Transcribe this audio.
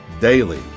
daily